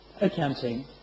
accounting